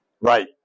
Right